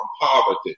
poverty